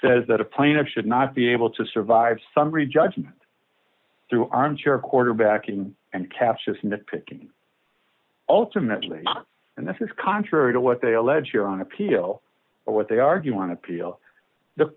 says that a plaintiff should not be able to survive summary judgment through armchair quarterbacking and captious nitpicking ultimately and this is contrary to what they allege here on appeal or what they argue on appeal the